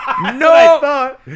No